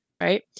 right